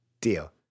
Deal